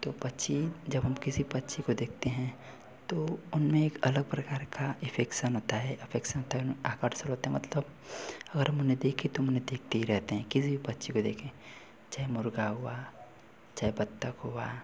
तो पक्षी जब हम किसी पक्षी को देखते हैं तो उनमें एक अलग प्रकार का इफेक्सन होता है अफेक्सन आकर्षण होता है मतलब अगर हम उन्हें देखें तो हम उन्हें देखते ही रहते हैं किसी भी पक्षी को देखें चहे मुर्ग़ा हुआ चहे बत्तख़ हुआ